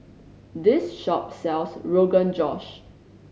this shop sells Rogan Josh